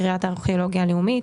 קריית הארכיאולוגיה הלאומית.